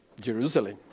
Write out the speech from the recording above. Jerusalem